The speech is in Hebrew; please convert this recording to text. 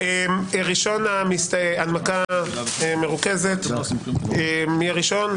הנמקה מרוכזת מי הראשון?